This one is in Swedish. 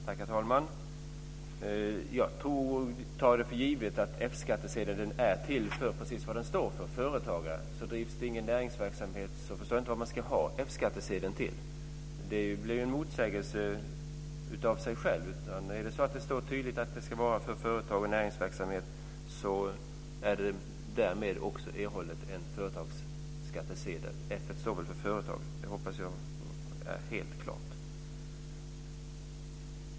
Herr talman! Jag tar för givet att F-skattsedeln är till just för det som den står för, nämligen företagare. Så om det inte bedrivs någon näringsverksamhet så förstår jag inte vad man ska ha F-skattsedeln till. Det blir ju en motsägelse. Om det står tydligt att det ska vara för företag och näringsverksamhet så erhålls det därmed en företagsskattsedel. F står väl för företag. Det hoppas jag är helt klart.